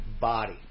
body